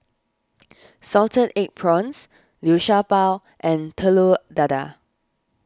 Salted Egg Prawns Liu Sha Bao and Telur Dadah